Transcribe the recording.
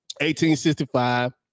1865